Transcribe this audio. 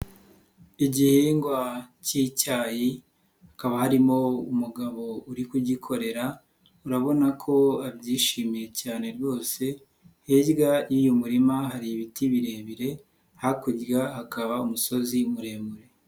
Igihingwa cy'icyayi hakaba harimo umugabo uri kugikorera urabona ko abyishimiye cyane rwose, hirya y'uyu murima hari ibiti birebire, hakurya hakaba umusozi muremure.